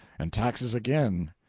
and taxes again,